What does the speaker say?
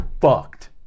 fucked